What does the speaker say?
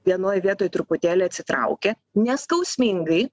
vienoj vietoj truputėlį atsitraukia neskausmingai